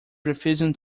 refusing